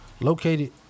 located